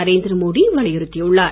நரேந்திர மோடி வலியுறுத்தியுள்ளார்